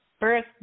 birth